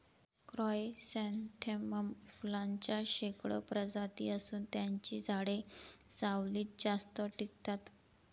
chrysanthemum फुलांच्या शेकडो प्रजाती असून त्यांची झाडे सावलीत जास्त टिकतात